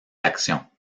actions